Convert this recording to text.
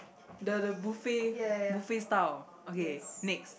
the the buffet buffet style okay next